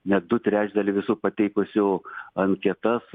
net du trečdaliai visų pateikusių anketas